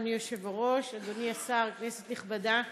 אדוני היושב-ראש, אדוני השר, כנסת נכבדה,